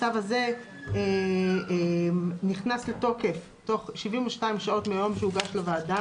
הצו הזה נכנס לתוקף תוך 72 שעות מיום שהוא הוגש לוועדה.